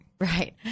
Right